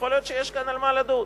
ויכול להיות שיש כאן על מה לדון.